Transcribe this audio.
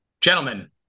Gentlemen